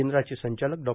केंद्राचे संचालक डॉ